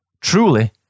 truly